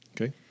Okay